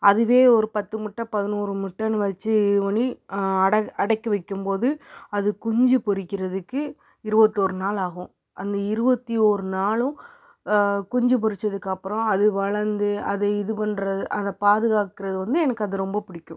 அதுவே ஒரு பத்து முட்டை பதினோரு முட்டைனு வச்சு இது பண்ணி அட அடைக்கு வைக்கிம்போது அது குஞ்சி பொரிக்கிறதுக்கு இருபத்தோர் நாள் ஆகும் அந்த இருபத்தி ஒரு நாளும் குஞ்சு பொறிச்சதுக்கு அப்பறம் அது வளர்ந்து அது இது பண்ணுறது அதை பாதுகாக்கிறது வந்து எனக்கு அது ரொம்ப புடிக்கும்